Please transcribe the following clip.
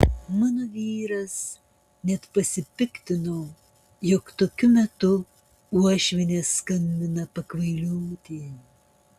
mano vyras net pasipiktino jog tokiu metu uošvienė skambina pakvailioti